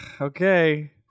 okay